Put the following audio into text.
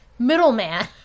Middleman